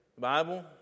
Bible